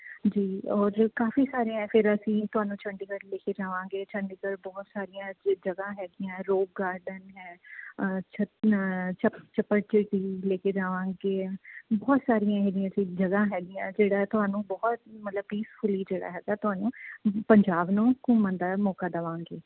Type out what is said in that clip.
ਜੀ ਔਰ ਜੋ ਕਾਫ਼ੀ ਸਾਰੇ ਹੈ ਫਿਰ ਅਸੀਂ ਤੁਹਾਨੂੰ ਚੰਡੀਗੜ੍ਹ ਲੈ ਕੇ ਜਾਵਾਂਗੇ ਚੰਡੀਗੜ੍ਹ ਬਹੁਤ ਸਾਰੀਆਂ ਐਸੀ ਜਗ੍ਹਾ ਹੈਗੀਆਂ ਰੌਕ ਗਾਰਡਨ ਹੈ ਚੱਪ ਚੱਪੜ ਚਿੜੀ ਲੈ ਕੇ ਜਾਵਾਂਗੇ ਬਹੁਤ ਸਾਰੀਆਂ ਇਹੇ ਜਿਹੀਆਂ ਚੀ ਜਗ੍ਹਾ ਹੈਗੀਆਂ ਜਿਹੜਾ ਤੁਹਾਨੂੰ ਬਹੁਤ ਹੀ ਮਤਲਬ ਪੀਸਫੁਲੀ ਜਿਹੜਾ ਹੈਗਾ ਤੁਹਾਨੂੰ ਪੰਜਾਬ ਨੂੰ ਘੁੰਮਣ ਦਾ ਮੌਕਾ ਦੇਵਾਂਗੇ